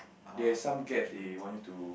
they are some gaps they want you to